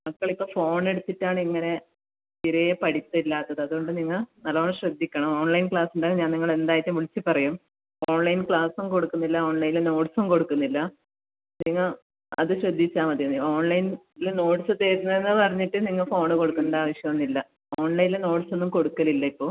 മക്കൾ ഇപ്പോൾ ഫോൺ എടുത്തിട്ടാണ് ഇങ്ങനെ തീരെ പഠിപ്പ് ഇല്ലാത്തത് അതുകൊണ്ട് നിങ്ങൾ നല്ല വണ്ണം ശ്രദ്ധിക്കണം ഓൺലൈൻ ക്ലാസ് ഉണ്ടെങ്കിൽ ഞാൻ നിങ്ങളെ എന്തായാലും വിളിച്ച് പറയും ഓൺലൈൻ ക്ലാസും കൊടുക്കുന്നില്ല ഓൺലൈനിൽ നോട്ട്സും കൊടുക്കുന്നില്ല നിങ്ങൾ അത് ശ്രദ്ധിച്ചാൽ മതി നീ ഓൺലൈനിൽ നോട്ട്സ് തരുന്നു എന്ന് പറഞ്ഞിട്ട് നിങ്ങൾ ഫോണ് കൊടുക്കണ്ട ആവശ്യം ഒന്നും ഇല്ല ഓൺലൈനിൽ നോട്ട്സ് ഒന്നും കൊടുക്കലില്ല ഇപ്പോൾ